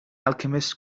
alchemist